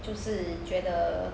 就是觉得